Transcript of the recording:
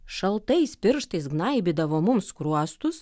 šaltais pirštais gnaibydavo mums skruostus